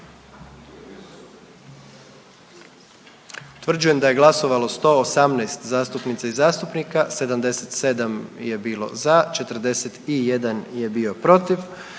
Utvrđujem da je glasovalo 87 zastupnica i zastupnika, 76 za, 11 protiv